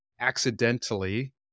accidentally